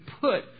put